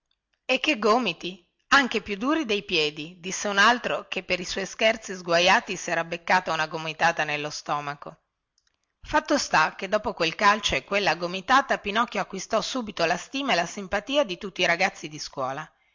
e che gomiti anche più duri dei piedi disse un altro che per i suoi scherzi sguaiati sera beccata una gomitata nello stomaco fatto sta che dopo quel calcio e quella gomitata pinocchio acquistò subito la stima e la simpatia di tutti i ragazzi di scuola